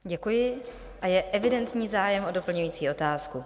Děkuji a je evidentní zájem o doplňující otázku.